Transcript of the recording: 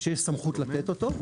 שיש סמכות לתת אותו,